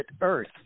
Earth